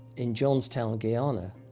in jonestown, guyana,